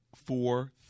four